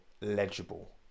legible